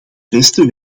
beste